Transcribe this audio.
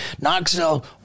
Knoxville